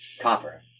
Copper